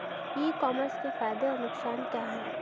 ई commerce के फायदे और नुकसान क्या हैं?